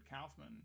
Kaufman